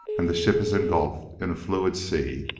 and the ship is engulfed in a fluid sea,